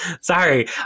sorry